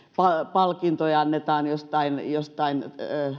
palkintoja annetaan jostain jostain